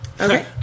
Okay